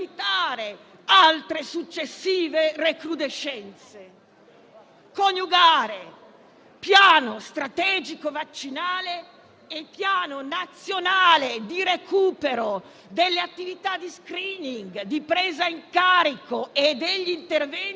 altre successive recrudescenze: coniugare piano strategico vaccinale e piano nazionale di recupero delle attività di *screening*, di presa in carico e degli interventi